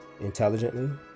intelligently